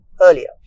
earlier